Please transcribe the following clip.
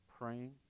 praying